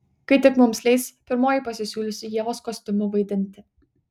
kai tik mums leis pirmoji pasisiūlysiu ievos kostiumu vaidinti